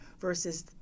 versus